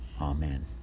Amen